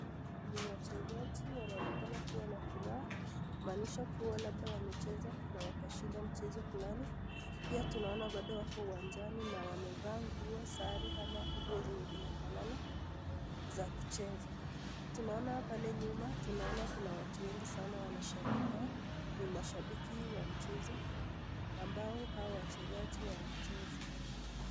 Ni wachezaji wanaonekana kuwa na furaha, kumaanisha kwamba labda wamecheza na wakashinda mchezo fulani. Pia tunaona bado wako uwanjani na wamevaa nguo sare ama zenye zinafanana za kucheza. Tunaona pale nyuma tunaona kuna watu wengi sana wanasherehekea. Ni mashabiki wa mchezo ambao hawa wachezaji wanacheza.